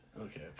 Okay